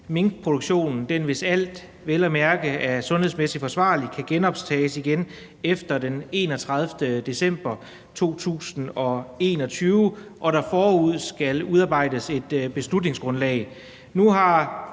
minkproduktionen, hvis alt vel at mærke er sundhedsmæssigt forsvarligt, kan genoptages efter den 31. december 2021, og at der forud skal udarbejdes et beslutningsgrundlag.